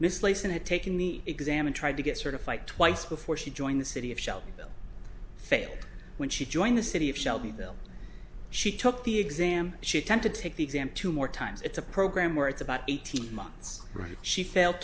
misplacing to taking the exam and tried to get sort of like twice before she joined the city of shelby will fail when she joined the city of shelbyville she took the exam she attempted to take the exam two more times it's a program where it's about eighteen months right she f